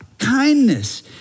kindness